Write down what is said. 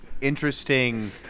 interesting